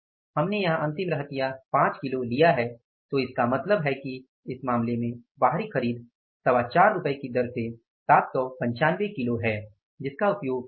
हमने यहां अंतिम रहतिया 5 किलो लिया है तो इसका मतलब है कि इस मामले में बाहरी खरीद 425 रुपये की दर से 795 किलो है जिसका उपयोग किया गया